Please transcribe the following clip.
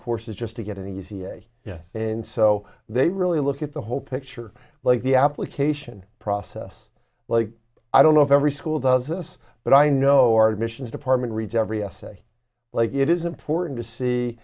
courses just to get an easy a yes and so they really look at the whole picture like the application process like i don't know if every school does this but i know our admissions department reads every essay like it is important to see